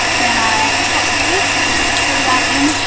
then i chopped the fish, threw that in,